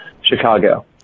Chicago